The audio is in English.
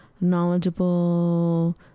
knowledgeable